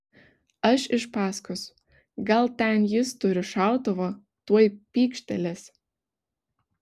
aš iš paskos gal ten jis turi šautuvą tuoj pykštelės